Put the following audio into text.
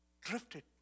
drifted